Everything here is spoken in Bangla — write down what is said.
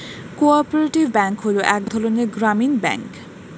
কো অপারেটিভ ব্যাঙ্ক হলো এক ধরনের গ্রামীণ ব্যাঙ্ক